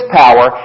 power